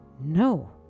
No